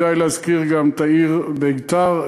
כדאי להזכיר את העיר ביתר,